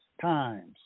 times